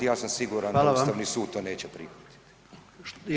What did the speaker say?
Ja sam siguran da Ustavni sud to neće primiti.